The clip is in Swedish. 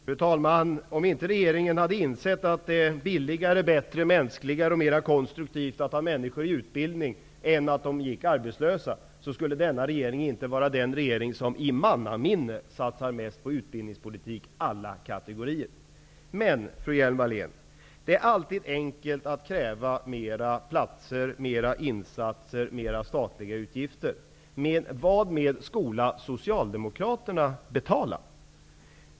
Fru talman! Om inte regeringen hade insett att det är billigare, bättre, mänskligare och mera konstruktivt att ha människor i utbildning än att ha dem gående arbetslösa, skulle denna regering inte vara den regering som i mannaminne satsar mest på utbildningspolitik alla kategorier. Men, fru Hjelm-Wallén, det är alltid enkelt att kräva fler platser, mera insatser, större statliga utgifter. Varmed skola Socialdemokraterna betala?